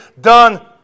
done